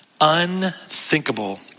Unthinkable